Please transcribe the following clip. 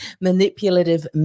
manipulative